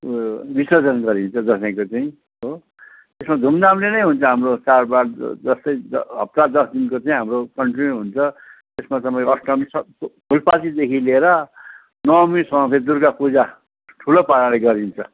विर्सजन गरिन्छ दसैँको चाहिँ हो त्यसमा धुमधामले नै हुन्छ हाम्रो चाड बाड जस्तै हप्ता दस दिनको चाहिँ हाम्रो कन्टिन्यु हुन्छ त्यसमा तपाईँको अष्टमी सब फुलपातीदेखि लिएर नवमीसम्म फेरि दुर्गा पुजा ठुलो पाराले गरिन्छ